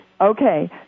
Okay